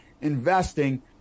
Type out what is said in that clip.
investing